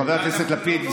חבר הכנסת לפיד,